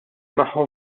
magħhom